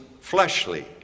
fleshly